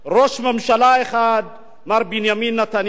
ראש ממשלה אחד, מר בנימין נתניהו.